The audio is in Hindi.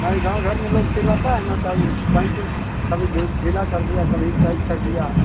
नहीं गाँव घर में लोग सिलाता है न तो वो पैंट के कभी ढीला कर दिया कभी टाइट कर दिया